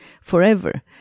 forever